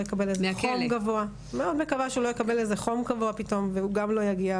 יקבל איזה חום גבוה פתאום והוא גם לא יגיע.